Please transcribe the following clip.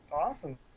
Awesome